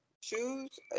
shoes